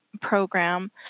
program